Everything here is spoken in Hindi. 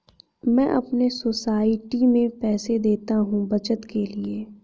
मैं अपने सोसाइटी में पैसे देता हूं बचत के लिए